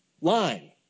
line